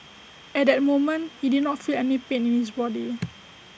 at that moment he did not feel any pain in his body